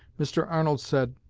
mr. arnold said